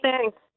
Thanks